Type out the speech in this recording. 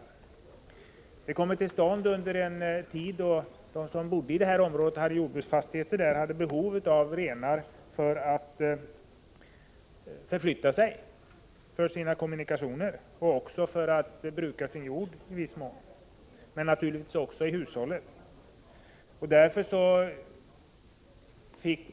Koncessionsrenskötsel kom till stånd under en tid då de som hade jordbruksfastigheter i området hade behov av renar för sina kommunikationer och också i viss mån för att bruka sin jord och naturligtvis i hushållet.